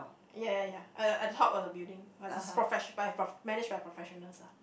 ya ya ya at at the top of the building professio~ managed by professionals lah